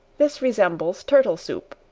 this resembles turtle soup.